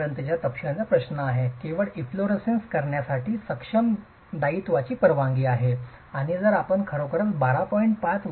5 पर्यंतच्या तपशीलांचा प्रश्न आहे केवळ एफलोररेसेन्स करण्यासाठी मध्यम दायित्वाची परवानगी आहे आणि जर आपण खरोखर वर्ग 12